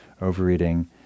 overeating